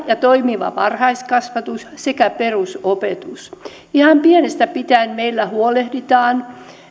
ja toimiva varhaiskasvatus sekä perusopetus ihan pienestä pitäen meillä huolehditaan